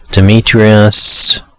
Demetrius